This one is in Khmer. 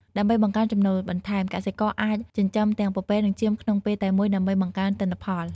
ដើម្បីបង្កើនចំណូលបន្ថែម កសិករអាចចិញ្ចឹមទាំងពពែនិងចៀមក្នុងពេលតែមួយដើម្បីបង្កើនទិន្នផល។